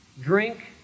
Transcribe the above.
drink